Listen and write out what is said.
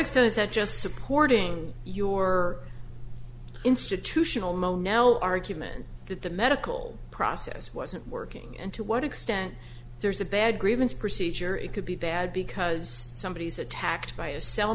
extent is that just supporting your institutional mono argument that the medical process wasn't working and to what extent there's a bad grievance procedure it could be bad because somebody is attacked by a cell